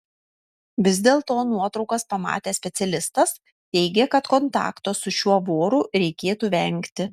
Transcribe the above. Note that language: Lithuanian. vis dėlto nuotraukas pamatęs specialistas teigė kad kontakto su šiuo voru reikėtų vengti